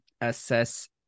assess